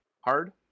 hard